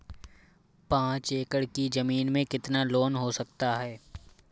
पाँच एकड़ की ज़मीन में कितना लोन हो सकता है?